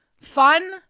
Fun